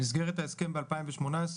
במסגרת ההסכם ב-2018,